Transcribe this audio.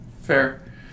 Fair